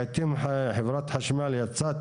לעיתים חברת חשמל יצאה,